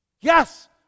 Yes